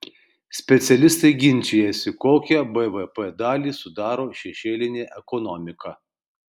specialistai ginčijasi kokią bvp dalį sudaro šešėlinė ekonomika